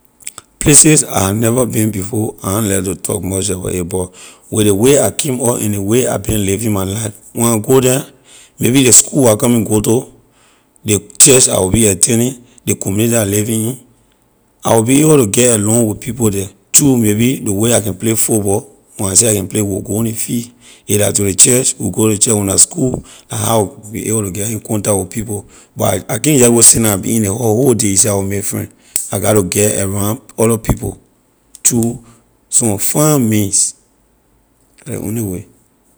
Places I never been before I na like to talk much about it but with ley way I came up and ley way I been living my life when I go the maybe ley school I coming go to ley church I will be attending ley community I living in I will be able to get along with people the through maybe ley way I can play football when I say I can we will go on ley field if la to lay church we go to church when la school la how I will be able to get in contact with people but I i can’t just go sit down I be in ley house whole day you say I will make friend I gatto get around other people through some find means la ley only way.